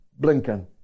Blinken